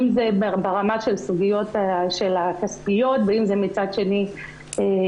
אם זה ברמה של הסוגיות הכספיות ואם זה מצד שני בכל